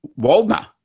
Waldner